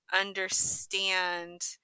understand